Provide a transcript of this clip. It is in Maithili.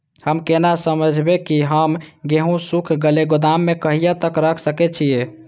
हम केना समझबे की हमर गेहूं सुख गले गोदाम में कहिया तक रख सके छिये?